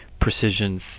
precision